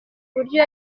buryo